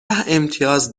امتیاز